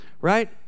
Right